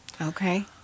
Okay